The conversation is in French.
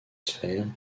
sphères